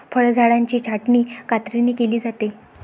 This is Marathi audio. फळझाडांची छाटणी कात्रीने केली जाते